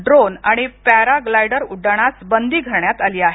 drone आणि paraglider उड्डाणास बंदी घालण्यात आली आहे